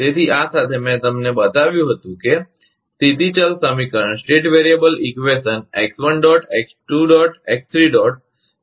તેથી આ સાથે મેં તમને બતાવ્યું છે કે સ્થિતી ચલ સમીકરણ ẋ1 ẋ2 ẋ3 તમે કેવી રીતે લખી શકો